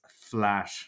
flat